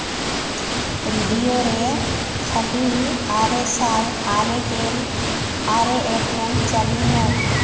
radio ᱨᱮ ᱠᱷᱟᱹᱞᱤ ᱟᱨᱮ ᱥᱟᱭ ᱟᱨᱮ ᱜᱮᱞ ᱟᱨᱮ ᱮᱯᱯᱷᱮᱢ ᱪᱟᱹᱞᱩᱭ ᱢᱮ